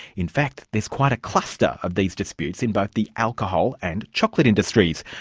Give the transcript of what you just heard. in fact there's quite a cluster of these disputes in both the alcohol and chocolate industries,